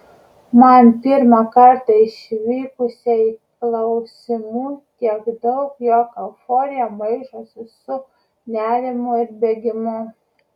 man pirmą kartą išvykusiai klausimų tiek daug jog euforija maišosi su nerimu ir bėgimu